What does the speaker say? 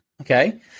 okay